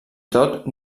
tot